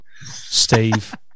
Steve